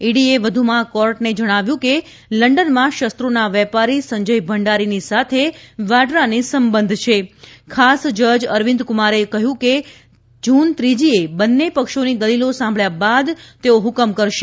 ઇડીએ વધુમાં કોર્ટને જણાવ્યું કે લંડનમાં શસ્ત્રોના વેપારી સંજય ભંડારીની સાથે વાડરાને સંબંધ છે ખાસ જજ અરવિંદકુમારે કહ્યું કે જૂન ત્રીજીએ બંને પક્ષોની દલીલો સાંભળ્યા બાદ તેઓ હુકમ કરશે